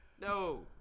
No